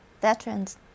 veterans